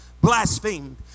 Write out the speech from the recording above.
blasphemed